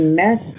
met